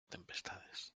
tempestades